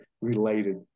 related